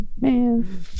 Man